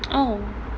oh